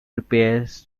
prepares